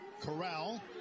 Corral